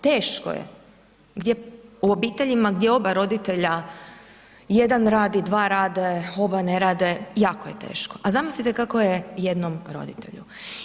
Teško je gdje u obiteljima gdje oba roditelja jedan radi, dva radi, oba ne rade, jako je teško, a zamislite kako je jednom roditelju.